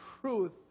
truth